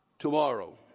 tomorrow